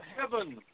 heaven